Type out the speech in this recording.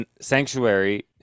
Sanctuary